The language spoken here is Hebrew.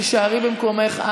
תישארי במקומך,